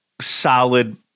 solid